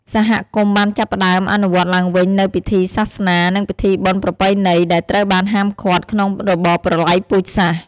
សហគមន៍បានចាប់ផ្តើមអនុវត្តឡើងវិញនូវពិធីសាសនា និងពិធីបុណ្យប្រពៃណី ដែលត្រូវបានហាមឃាត់ក្នុងរបបប្រល័យពូជសាសន៍។